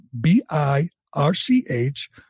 B-I-R-C-H